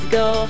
go